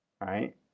right